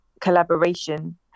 collaboration